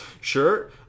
sure